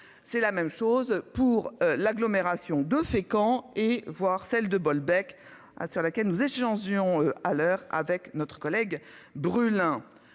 C'est la même chose pour l'agglomération de Fécamp et voir celle de Bolbec ah sur laquelle nous échangions à l'heure avec notre collègue brûle